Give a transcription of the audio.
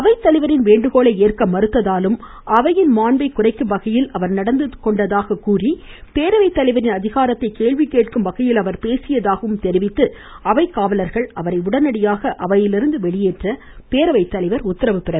அவைத்தலைவரின் வேண்டுகோளை ஏற்க மறுத்ததாலும் அவையின் மாண்பை குறைக்கும் வகையில் நடந்து கொண்டதாக கூறி பேரவை தலைவரின் அதிகாரத்தை கேள்வி கேட்கும் வகையில் அவர் பேசியதாகவும் தெரிவித்து அவை காவலர்கள் அவரை உடனடியாக வெளியேற்ற பேரவை தலைவர் உத்தரவிட்டார்